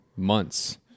Months